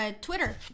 Twitter